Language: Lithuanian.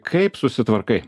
kaip susitvarkai